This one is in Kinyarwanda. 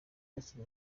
bakiri